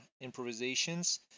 improvisations